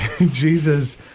Jesus